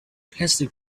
plastic